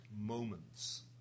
moments